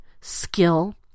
skill